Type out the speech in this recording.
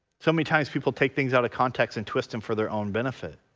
so many times people take things out of context and twist them for their own benefit.